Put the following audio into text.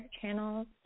channels